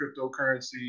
cryptocurrency